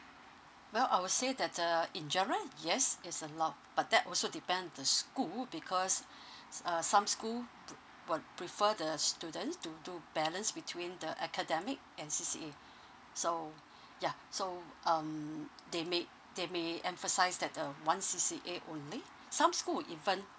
well I will say that uh in general yes it's allowed but that also depend on the school because uh some school pru~ will prefer the students to to balance between the academic and C_C_A so yeah so um they may they may emphasise that uh one C_C_A only some school even